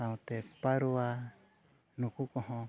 ᱥᱟᱶᱛᱮ ᱯᱟᱨᱣᱟ ᱱᱩᱠᱩ ᱠᱚᱦᱚᱸ